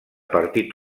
partit